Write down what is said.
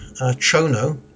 Chono